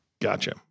Gotcha